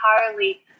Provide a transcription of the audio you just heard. entirely